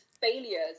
failures